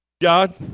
God